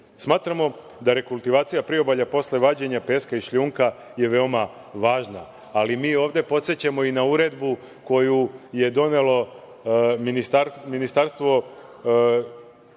rešenja. Smatramo da rekultivacija priobalja posle vađenja peska i šljunka je veoma važna, ali mi ovde podsećamo i na uredbu koju je donelo Ministarstvo,